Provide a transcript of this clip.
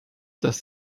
dass